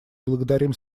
благодарим